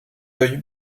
l’œil